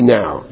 now